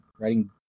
writing